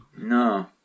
No